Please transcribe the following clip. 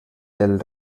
del